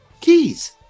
Keys